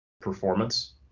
performance